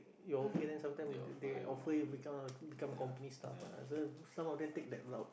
you are okay then sometime they they offer you become uh become company staff ah so then some of them take that job